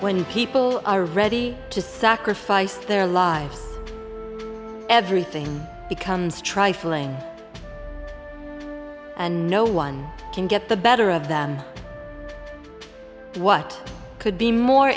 when people are ready to sacrifice their lives everything becomes trifling and no one can get the better of than what could be more